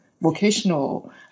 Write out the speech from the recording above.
vocational